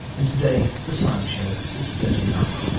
and today the science show is thirty nine